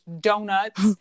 donuts